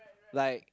like